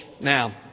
Now